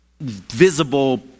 visible